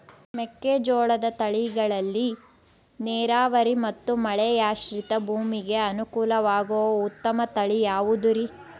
ಮೆಕ್ಕೆಜೋಳದ ತಳಿಗಳಲ್ಲಿ ನೇರಾವರಿ ಮತ್ತು ಮಳೆಯಾಶ್ರಿತ ಭೂಮಿಗೆ ಅನುಕೂಲವಾಗುವ ಉತ್ತಮ ತಳಿ ಯಾವುದುರಿ?